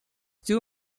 two